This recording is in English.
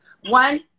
One